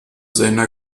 seiner